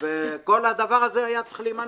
המגדלים החלשים.